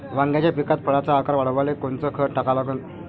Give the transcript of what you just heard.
वांग्याच्या पिकात फळाचा आकार वाढवाले कोनचं खत टाका लागन?